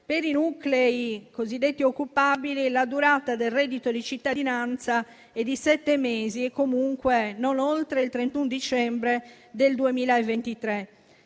Per i nuclei cosiddetti occupabili, la durata del reddito di cittadinanza è di sette mesi e, comunque, non oltre il 31 dicembre del 2023.